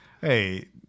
Hey